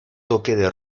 toque